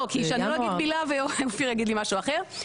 כדי שאני לא אגיד מילה ואופיר יגיד לי משהו אחר,